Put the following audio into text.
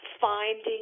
finding